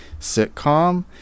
sitcom